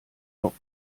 dock